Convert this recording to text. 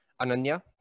Ananya